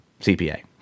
CPA